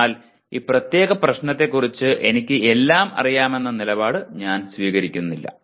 എന്നാൽ ഈ പ്രത്യേക പ്രശ്നത്തെക്കുറിച്ച് എനിക്ക് എല്ലാം അറിയാമെന്ന നിലപാട് ഞാൻ സ്വീകരിക്കുന്നില്ല